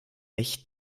echt